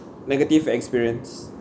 negative experience